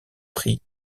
pris